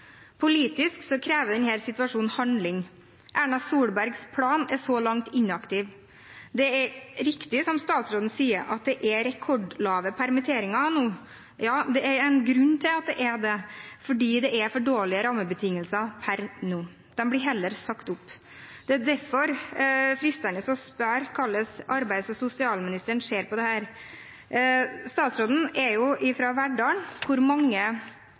Politisk krever denne situasjonen handling. Erna Solbergs plan er så langt inaktiv. Det er riktig, som statsråden sier, at det er et rekordlavt antall permitteringer nå. Det er en grunn til at det er det, og grunnen er for dårlige rammebetingelser per nå. De blir heller sagt opp. Det er derfor fristende å spørre hvordan arbeids- og sosialministeren ser på dette. Statsråden er jo fra Verdal, hvor mange